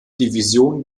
division